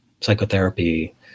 psychotherapy